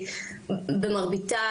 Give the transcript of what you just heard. במרביתה,